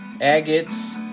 agates